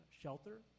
Shelter